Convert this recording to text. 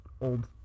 old